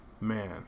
man